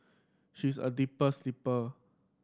she's a deep sleeper